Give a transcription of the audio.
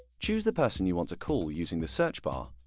choose the person you want to call using the search bar,